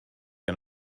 que